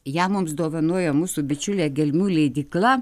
ją mums dovanoja mūsų bičiulė gelmių leidykla